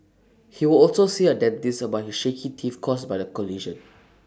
he will also see A dentist about his shaky teeth caused by the collision